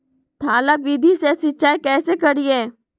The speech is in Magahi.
थाला विधि से सिंचाई कैसे करीये?